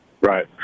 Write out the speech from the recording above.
Right